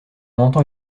entend